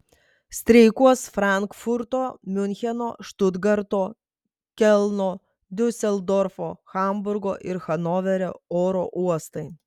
streikuos frankfurto miuncheno štutgarto kelno diuseldorfo hamburgo ir hanoverio oro uostai